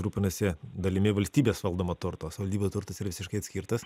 rūpinasi dalimi valstybės valdomo turto savaldybių turtas yra visiškai atskirtas